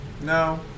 No